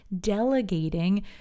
delegating